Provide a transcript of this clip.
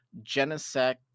Genesect